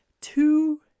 Two